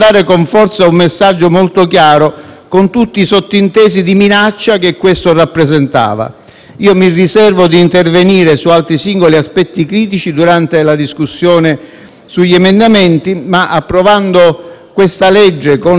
con tutti i sottintesi di minaccia che questo rappresentava. Mi riservo di intervenire su altri singoli aspetti critici durante la discussione sugli emendamenti, ma approvando questo provvedimento, con le dovute correzioni tecniche,